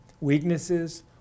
Weaknesses